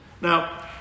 Now